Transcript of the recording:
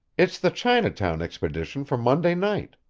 it's the chinatown expedition for monday night.